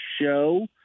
show